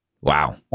Wow